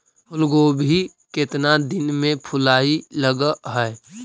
फुलगोभी केतना दिन में फुलाइ लग है?